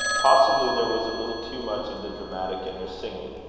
possibly there was a little too much of the dramatic in her singing,